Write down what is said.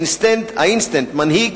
האינסטנט-מנהיג